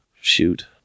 Shoot